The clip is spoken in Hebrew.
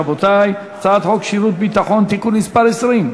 רבותי: הצעת חוק שירות ביטחון (תיקון מס' 20),